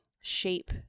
shape